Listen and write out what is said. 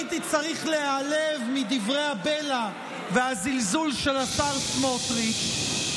הייתי צריך להיעלב מדברי הבלע והזלזול של השר סמוטריץ',